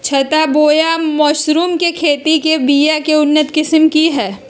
छत्ता बोया मशरूम के खेती के लिए बिया के उन्नत किस्म की हैं?